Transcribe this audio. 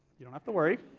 you don't have to worry.